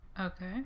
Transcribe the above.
Okay